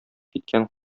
киткән